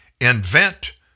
invent